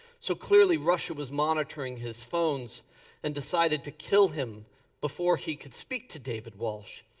so clearly russia was monitoring his phones and decided to kill him before he could speak to david walsh.